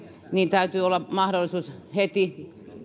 täytyy olla mahdollisuus heti